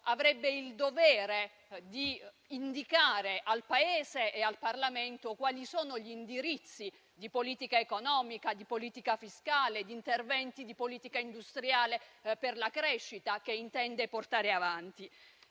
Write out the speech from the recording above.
avrebbe il dovere di indicare al Paese e al Parlamento quali sono gli indirizzi di politica economica e fiscale e gli interventi di politica industriale per la crescita che intende portare avanti.